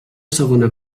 segona